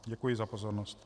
Děkuji za pozornost.